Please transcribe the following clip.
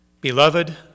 Beloved